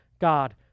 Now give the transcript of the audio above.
God